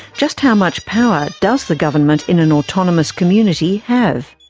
just how much power does the government in an autonomous community have?